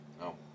No